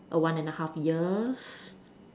a one and half years